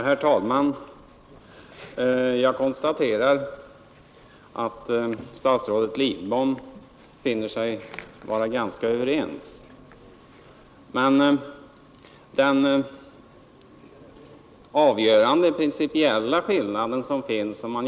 Herr talman! Statsrådet Lidbom har konstaterat att det i stort sett inte finns någon principiell skiljelinje i den här frågan.